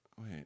Wait